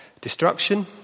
destruction